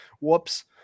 Whoops